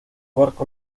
abarca